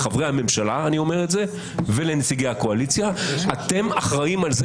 אני אומר לחברי הקואליציה שאתם אחראים על זה.